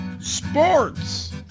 sports